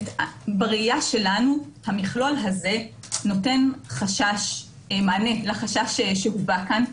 בראייה שלנו המכלול הזה מענה לחשש שהובע כאן.